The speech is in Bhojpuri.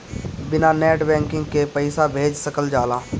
बिना नेट बैंकिंग के पईसा भेज सकल जाला?